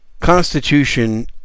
Constitution